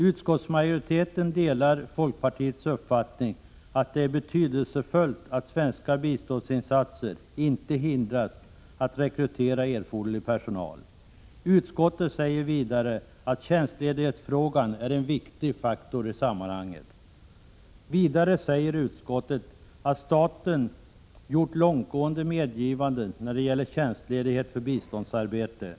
Utskottsmajoriteten delar folkpartiets uppfattning att det är betydelsefullt att svenska biståndsinsatser inte hindras av svårigheter att rekrytera erforderlig personal och pekar på att tjänstledighetsfrågan är en viktig faktor i sammanhanget. Vidare säger utskottet att staten gjort långtgående medgivanden när det gäller tjänstledighet för biståndsarbete.